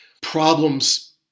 problems